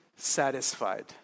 satisfied